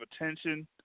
attention